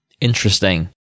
Interesting